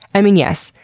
i mean, yes,